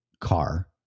car